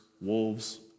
wolves